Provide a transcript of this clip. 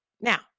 Now